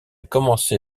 commencé